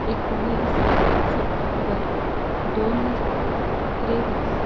एकोणीस सप्टेंबर दोन हजार त्रेवीस